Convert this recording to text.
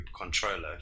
controller